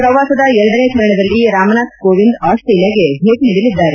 ಶ್ರವಾಸದ ಎರಡನೇ ಚರಣದಲ್ಲಿ ರಾಮ್ನಾಥ್ ಕೋವಿಂದ್ ಆಸ್ಲೇಲಿಯಾಗೆ ಭೇಟ ನೀಡಲಿದ್ದಾರೆ